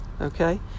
okay